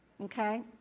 okay